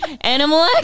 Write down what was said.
Animal